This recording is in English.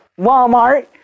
Walmart